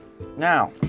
Now